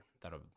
that'll